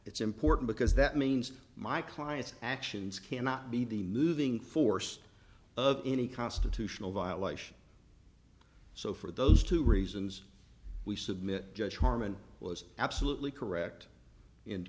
it's important because that means my client's actions cannot be the moving force of any constitutional violation so for those two reasons we submit judge harmon was absolutely correct